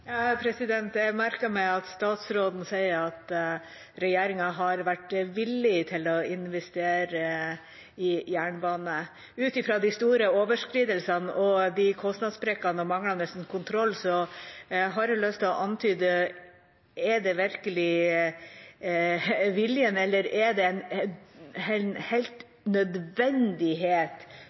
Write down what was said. Jeg merker meg at statsråden sier at regjeringa har vært villig til å investere i jernbane. Ut fra de store overskridelsene, kostnadssprekkene og den manglende kontrollen har jeg lyst til å antyde: Er det virkelig snakk om vilje, eller er det en ren nødvendighet